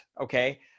Okay